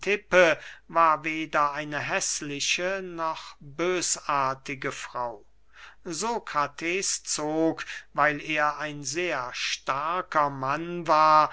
war weder eine häßliche noch bösartige frau sokrates zog weil er ein sehr starker mann war